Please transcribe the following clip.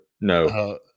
No